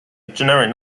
generic